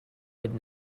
would